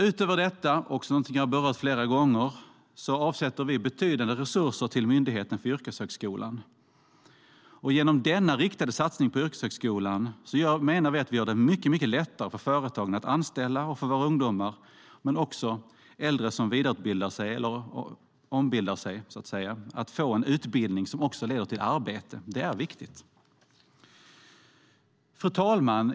Utöver detta - även det har jag berört flera gånger tidigare - avsätter vi betydande resurser till Myndigheten för yrkeshögskolan. Genom denna riktade satsning på yrkeshögskolan menar vi att vi gör det mycket lättare både för företagen att anställa och för våra ungdomar, liksom för äldre som vidareutbildar eller omskolar sig, att få en utbildning som leder till arbete. Det är viktigt. Fru talman!